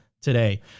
today